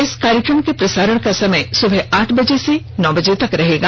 इस कार्यक्रम के प्रसारण का समय सुबह आठ से नौ बजे तक रहेगा